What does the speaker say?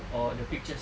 or the pictures